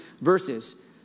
verses